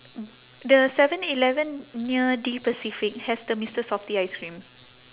the seven eleven near de pacific has the mister softee ice cream